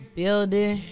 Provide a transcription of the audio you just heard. building